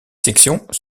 sections